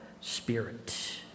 Spirit